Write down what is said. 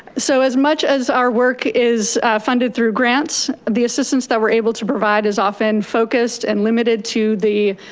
so as much as our work is funded through grants, the assistance that we're able to provide is often focused and limited to the